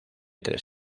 tres